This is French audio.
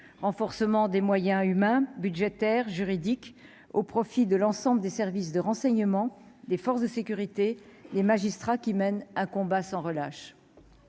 renforcement des moyens humains, budgétaire, juridique, au profit de l'ensemble des services de renseignements des forces de sécurité, les magistrats qui mène un combat sans relâche